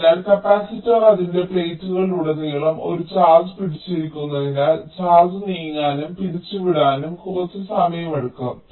അതിനാൽ കപ്പാസിറ്റർ അതിന്റെ പ്ലേറ്റുകളിലുടനീളം ഒരു ചാർജ് പിടിച്ചിരിക്കുന്നതിനാൽ ചാർജ് നീങ്ങാനും പിരിച്ചുവിടാനും കുറച്ച് സമയമെടുക്കും